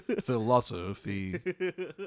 Philosophy